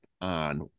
on